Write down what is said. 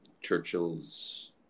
Churchill's